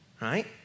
right